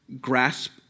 grasp